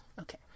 Okay